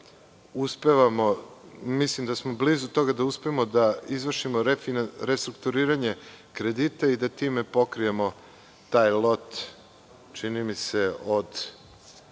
uspevamo, mislim da smo blizu toga da uspemo da izvršimo restrukturiranje kredita i da time pokrijemo taj lot, čini mi se, od